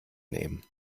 nehmen